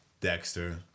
Dexter